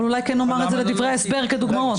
אולי נאמר את זה בדברי ההסבר כדוגמאות.